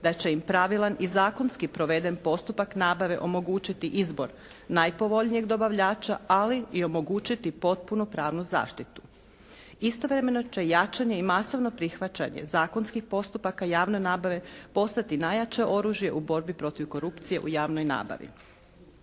da će im pravilan i zakonski proveden postupak nabave omogućiti izbor najpovoljnijeg dobavljača, ali i omogućiti potpuno pravnu zaštitu. Istovremeno će jačanje i masovno prihvaćanje zakonskih postupaka javne nabave postati najjače oružje u borbi protiv korupcije u javnoj nabavi.